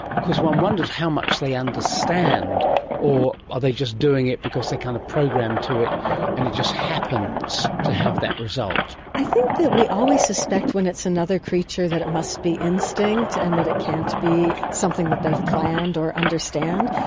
one wonders how much they understand or are they just doing it because they are kind of programmed to it and it just happens to have that result. i think that we always suspect when it's another creature that it must be instinct and that it can't be something that they've planned or understand.